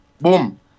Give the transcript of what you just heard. Boom